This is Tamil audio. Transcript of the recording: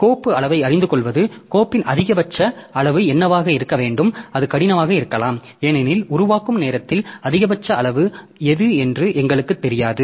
கோப்பு அளவை அறிந்துகொள்வது கோப்பின் அதிகபட்ச அளவு என்னவாக இருக்க வேண்டும் அது கடினமாக இருக்கலாம் ஏனெனில் உருவாக்கும் நேரத்தில் அதிகபட்ச அளவு எது என்று எங்களுக்குத் தெரியாது